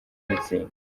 mutzig